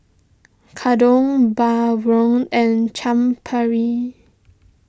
Gyudon Bratwurst and Chaat Papri